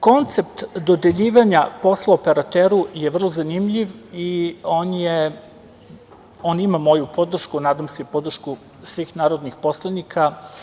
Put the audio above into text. Koncept dodeljivanja posla operateru je vrlo zanimljiv i on ima moju podršku, nadam se i podršku svih narodnih poslanika.